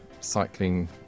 cycling